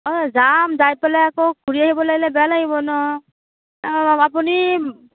অঁ যাম যাই পেলাই আকৌ ঘূৰি আহিব লাগিলে বেয়া লাগিব ন আপুনি